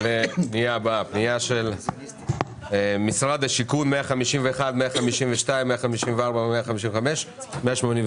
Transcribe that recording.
פנייה מספר 151, 152, 154 ו-155, 189